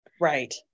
right